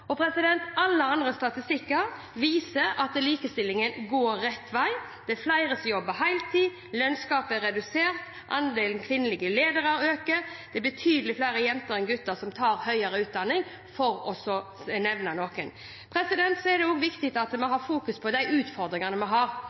jobber heltid, lønnsgapet er redusert, andelen kvinnelige ledere øker, og det er betydelig flere jenter enn gutter som tar høyere utdanning, for å nevne noe. Det er også viktig at vi har fokus på de utfordringene vi har.